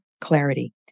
clarity